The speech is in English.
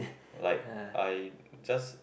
like I just